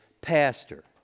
pastor